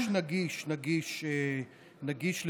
כן, נגיש, נגיש.